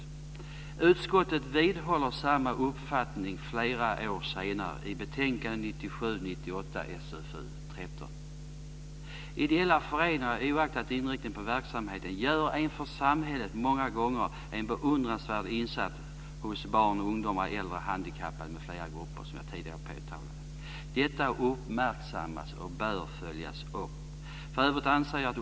Utskottet vidhåller samma uppfattning flera år senare i betänkande 1997/98:SfU13. Enligt utskottet gör ideella föreningar, oaktat inriktning på verksamhet, en för samhället många gånger beundransvärd insats för barn, ungdomar, äldre, handikappade m.fl. grupper. Det är något som jag har påtalat tidigare. Detta uppmärksammas och bör följas upp.